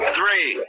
three